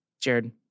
Jared